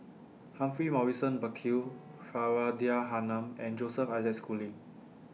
Humphrey Morrison Burkill Faridah Hanum and Joseph Isaac Schooling